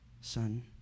son